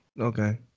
Okay